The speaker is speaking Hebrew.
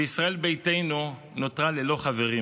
וישראל ביתנו נותרה ללא חברים: